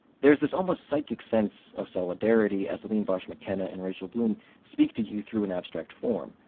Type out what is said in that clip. there's this almost psychic sense of solidarity as aline brosh mckenna and rachel bloom speak to you through an abstract form.